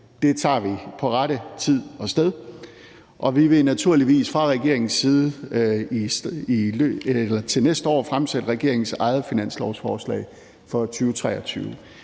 Det tager vi på rette tid og sted. Og vi vil naturligvis fra regeringens side til næste år fremsætte regeringens eget finanslovsforslag for 2023.